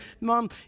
mom